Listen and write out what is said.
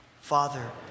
Father